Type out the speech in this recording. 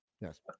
Yes